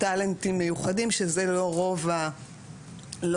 טלנטים מיוחדים שזה לא רוב המתאמנים.